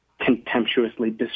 contemptuously